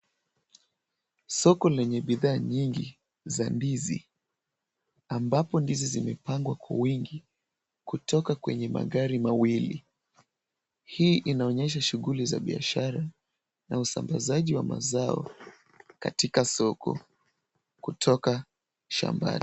Soko lenye bidhaa nyingi za ndizi ambapo ndizi zimepangwa kwa wingi kutoka kwenye magari mawili. Hii inaonyesha shughuli za biashara na usambazaji wa mazao katika soko kutoka shambani.